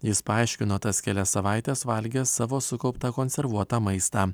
jis paaiškino tas kelias savaites valgė savo sukauptą konservuotą maistą